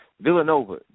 Villanova